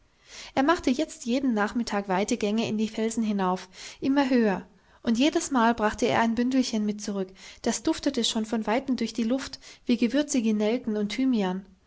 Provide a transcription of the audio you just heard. er machte jetzt jeden nachmittag weitere gänge in die felsen hinauf immer höher und jedesmal brachte er ein bündelchen mit zurück das duftete schon von weitem durch die luft wie gewürzige nelken und thymian